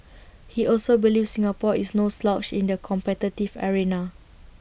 he also believes Singapore is no slouch in the competitive arena